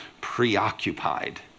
preoccupied